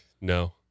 No